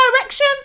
direction